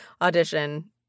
audition